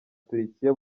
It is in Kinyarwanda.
turukiya